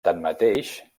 tanmateix